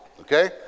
okay